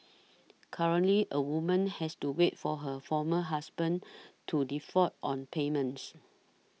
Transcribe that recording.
currently a woman has to wait for her former husband to default on payments